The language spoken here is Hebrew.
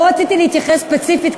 לא רציתי להתייחס ספציפית,